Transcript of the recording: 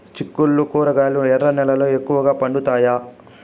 చిక్కుళ్లు కూరగాయలు ఎర్ర నేలల్లో ఎక్కువగా పండుతాయా